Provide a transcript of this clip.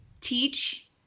teach